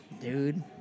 Dude